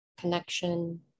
connection